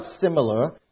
similar